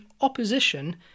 opposition